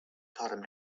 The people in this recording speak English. taught